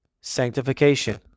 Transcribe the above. sanctification